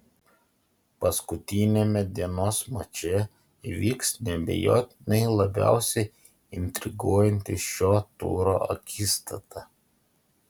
paskutiniame dienos mače įvyks neabejotinai labiausiai intriguojanti šio turo akistata